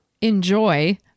enjoy